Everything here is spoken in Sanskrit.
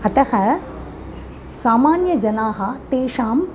अतः सामान्यजनाः तेषाम्